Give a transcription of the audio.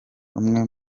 umwe